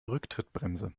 rücktrittbremse